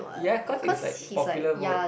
yeah cause it's like popular vote